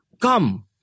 Come